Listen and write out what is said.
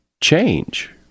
change